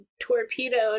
torpedoed